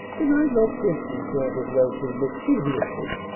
then i'm no christian, chanted leslie mischievously.